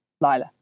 Lila